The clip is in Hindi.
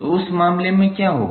तो उस मामले में क्या होगा